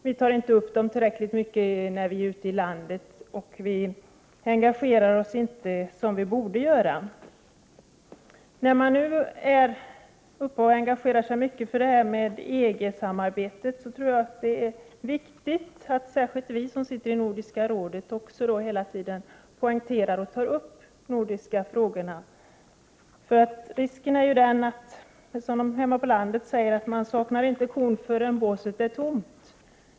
Vi tar inte upp dem tillräckligt mycket när vi befinner oss ute i landet. När man nu engagerar sig mycket för EG-samarbetet tror jag att det är viktigt att särskilt vi som sitter i Nordiska rådet också hela tiden poängterar och tar upp de nordiska frågorna. Risken är ju att man, som det heter hemma på landet, inte saknar kon förrän båset är tomt.